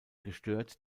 gestört